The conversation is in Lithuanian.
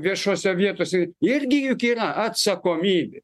viešose vietose irgi juk yra atsakomybė